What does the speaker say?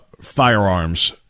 firearms